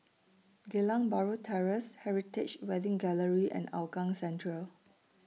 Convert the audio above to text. Geylang Bahru Terrace Heritage Wedding Gallery and Hougang Central